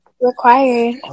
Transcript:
Required